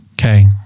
Okay